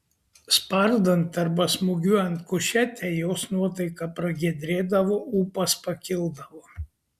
spardant arba smūgiuojant kušetę jos nuotaika pragiedrėdavo ūpas pakildavo